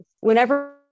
whenever